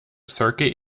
circuit